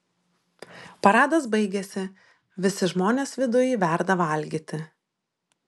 paradas baigėsi visi žmonės viduj verda valgyti